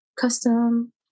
custom